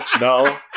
No